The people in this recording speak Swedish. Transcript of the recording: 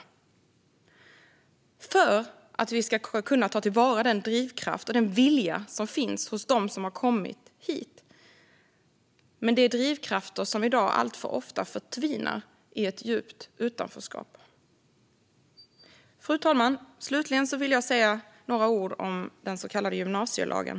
Det är för att vi ska kunna ta till vara den drivkraft och vilja som finns hos dem som har kommit hit. Det är drivkrafter som i dag ofta förtvinar i ett djupt utanförskap. Fru talman! Slutligen vill jag säga några ord om den så kallade gymnasielagen.